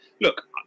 Look